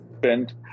bend